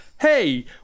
hey